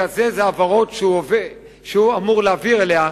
לקזז העברות שהוא אמור להעביר אליה,